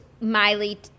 Miley